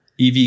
EV